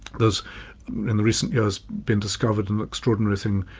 there's in recent years, been discovered an extraordinary thing,